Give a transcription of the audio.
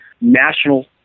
national